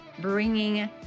bringing